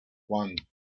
one